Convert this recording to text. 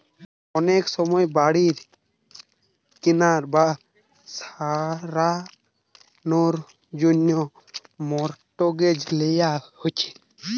অনেক সময় বাড়ি কিনা বা সারানার জন্যে মর্টগেজ লিয়া হচ্ছে